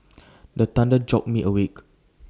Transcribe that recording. the thunder jolt me awake